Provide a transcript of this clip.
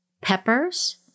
peppers